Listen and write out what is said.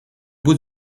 bout